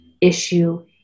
issue